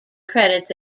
credits